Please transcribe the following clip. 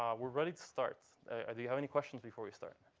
we're ready to start. do you have any questions before we start